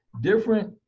different